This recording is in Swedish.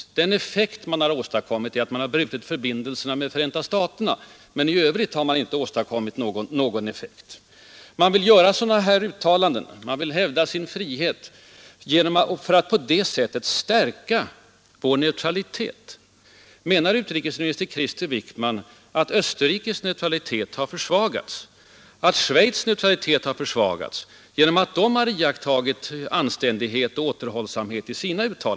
Den enda effekt man har åstadkommit är att förbindelserna med Förenta staterna har avbrutits; i övrigt har man inte åstadkommit någon effekt. Vidare påstod utrikesministern att man med sådana här uttalanden syftande till att hävda vår frihet och ”stärka vår neutralitet”. Menar därmed utrikesminister Krister Wickman, att Österrikes och Schweiz neutralitet har försvagats genom att de i sina uttalanden har iakttagit anständighet och återhållsamhet?